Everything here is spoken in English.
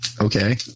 okay